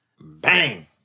Bang